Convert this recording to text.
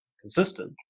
consistent